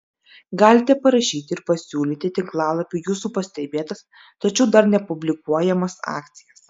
galite parašyti ir pasiūlyti tinklalapiui jūsų pastebėtas tačiau dar nepublikuojamas akcijas